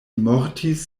mortis